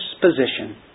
position